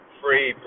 free